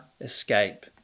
escape